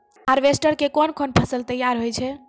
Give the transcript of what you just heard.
Harvester के कोन कोन फसल तैयार होय छै?